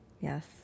Yes